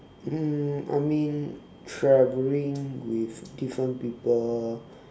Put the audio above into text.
mm I mean traveling with different people